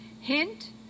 Hint